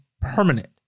permanent